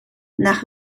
nach